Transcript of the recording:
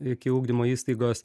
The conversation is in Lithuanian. iki ugdymo įstaigos